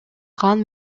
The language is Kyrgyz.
кан